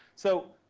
so,